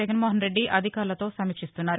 జగన్మోహన్రెడ్లి అధికారులతో సమీక్షిస్తున్నారు